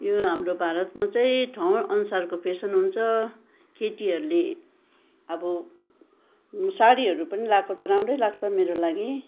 यो हाम्रो भारतमा चाहिँ ठाउँ अनुसारको फेसन हुन्छ केटीहरूले अब साडीहरू पनि लाएको त राम्रै लाग्छ मेरो लागि